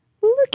Look